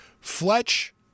Fletch